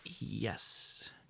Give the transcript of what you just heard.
yes